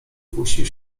puścił